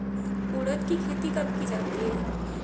उड़द की खेती कब की जाती है?